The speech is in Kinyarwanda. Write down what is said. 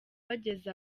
bageze